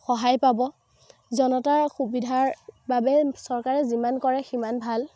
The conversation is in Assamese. সহায় পাব জনতাৰ সুবিধাৰ বাবে চৰকাৰে যিমান কৰে সিমান ভাল